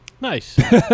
Nice